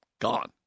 gone